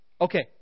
Okay